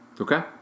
Okay